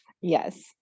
Yes